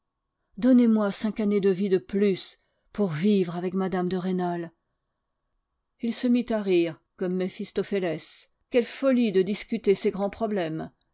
donnez-moi cinq années de vie de plus pour vivre avec mme de rênal il se mit à rire comme méphistophélès quelle folie de discuter ces grands problèmes